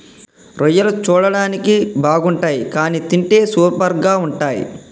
రొయ్యలు చూడడానికి బాగుండవ్ కానీ తింటే సూపర్గా ఉంటయ్